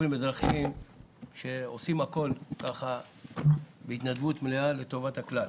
גופים אזרחיים כאלה שעושים הכול בהתנדבות מלאה לטובת הכלל.